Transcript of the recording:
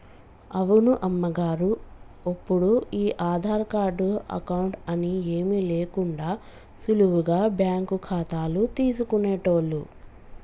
అవును అమ్మగారు ఒప్పుడు ఈ ఆధార్ కార్డు అకౌంట్ అని ఏమీ లేకుండా సులువుగా బ్యాంకు ఖాతాలు తీసుకునేటోళ్లు